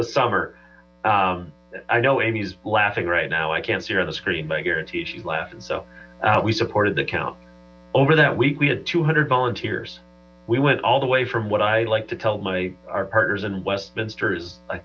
the summer i know amy's laughing right now i can't see her on the screen i guarantee you she's laughing so we supported the count over that week we had two hundred volunteers we went all the way frm what i like to tell my partners in westminster